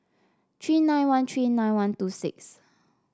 three nine one three nine one two six